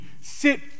sit